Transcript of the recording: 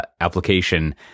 application